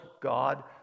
God